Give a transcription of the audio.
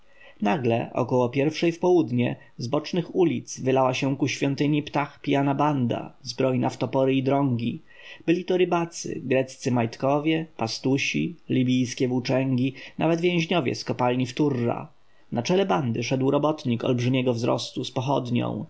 nagle około pierwszej w południe z bocznych ulic wylała się ku świątyni ptah pijana banda zbrojna w topory i drągi byli to rybacy greccy majtkowie pastusi libijskie włóczęgi nawet więźniowie z kopalni w turra na czele bandy szedł robotnik olbrzymiego wzrostu z pochodnią